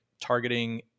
targeting